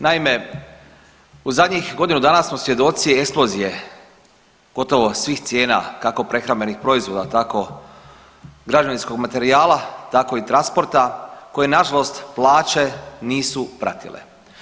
Naime, u zadnjih godinu dana smo svjedoci eksplozije gotovo svih cijena kako prehrambenih proizvoda tako građevinskog materijala, tako i transporta koji nažalost plaće nisu pratile.